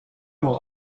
will